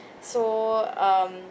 so um